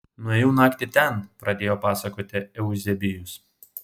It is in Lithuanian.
nuėjau naktį ten pradėjo pasakoti euzebijus